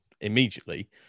immediately